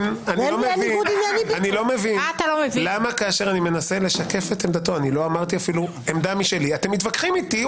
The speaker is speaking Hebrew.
מבין למה כשאני מנסה לשקף את עמדתו אתם מתווכחים איתי.